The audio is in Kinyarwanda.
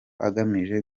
agamije